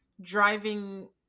driving